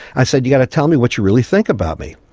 i said, you've got to tell me what you really think about me.